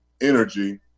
energy